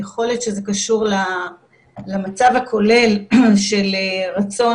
יכול להיות שזה קשור למצב הכולל של רצון